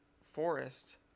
forest